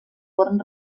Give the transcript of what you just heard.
foren